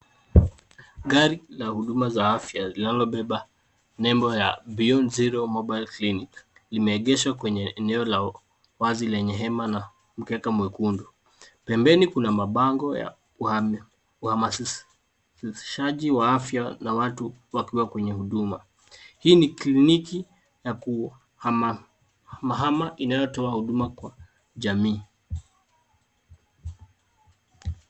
Gari la huduma za afya linalobeba nembo ya Beyond Zero Mobile Clinic limeegeshwa kwenye eneo la wazi lenye hema na mkeka mwekundu. Pembeni kuna mabango ya uhamasishaji wa afya na watu wakiwa kwenye huduma. Hii ni kliniki ya kuhamahama inayotoa huduma kwa jamii.